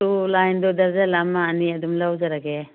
two ꯂꯥꯏꯟꯗꯣ ꯗꯔꯖꯜ ꯑꯃ ꯑꯅꯤ ꯑꯗꯨꯝ ꯂꯧꯖꯔꯒꯦ